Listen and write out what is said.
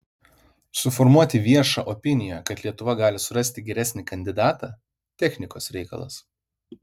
suformuoti viešą opiniją kad lietuva gali surasti geresnį kandidatą technikos reikalas